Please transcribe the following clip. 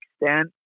extent